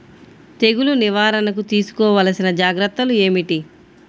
తెగులు నివారణకు తీసుకోవలసిన జాగ్రత్తలు ఏమిటీ?